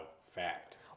fact